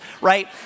right